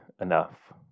enough